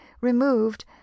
removed